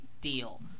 deal